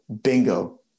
bingo